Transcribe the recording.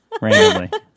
randomly